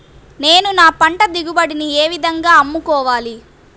నేను నా పంట దిగుబడిని ఏ విధంగా అమ్ముకోవాలి?